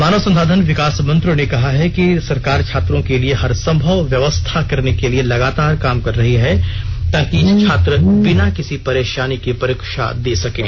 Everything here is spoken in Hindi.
मानव संसाधन विकास मंत्री ने कहा है कि सरकार छात्रों के लिए हर संभव व्यवस्था करने के लिए लगातार काम कर रही है ताकि छात्र बिना किसी परेशानी के परीक्षा दे सकें